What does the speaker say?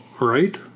Right